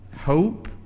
hope